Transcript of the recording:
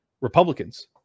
Republicans